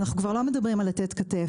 אנחנו כבר לא מדברים על "לתת כתף",